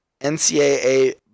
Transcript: NCAA